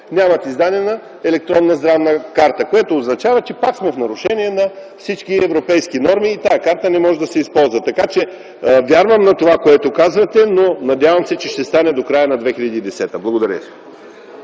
имат издадена електронна здравна карта, което означава, че пак сме в нарушение на всички европейски норми и тази карта не може да се използва. Вярвам на това, което казвате, но се надявам, че ще стане до края на 2010 г. Благодаря.